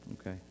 okay